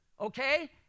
Okay